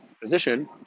position